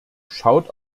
schaut